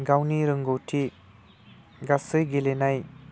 गावनि रोंगौथि गासै गेलेनाय